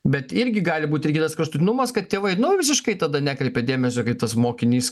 bet irgi gali būti ir kitas kraštutinumas kad tėvai visiškai tada nekreipia dėmesio kai tas mokinys